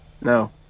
no